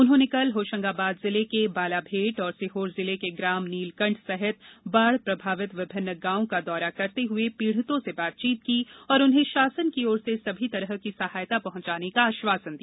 उन्होंने कल होशंगाबाद जिले के बालाभेट और सीहोर जिले के ग्राम नीलकंठ सहित बाढ़ प्रभावित विभिन्न गॉवों का दौरा करते हुए पीड़ितों से बातचीत की और उन्हें शासन की ओर से सभी तरह की सहायता पहॅचाने का आश्वासन दिया